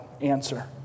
answer